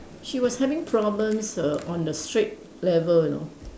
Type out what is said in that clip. she was having problems err on the straight level you know